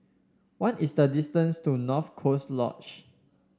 what is the distance to North Coast Lodge